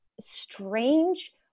strange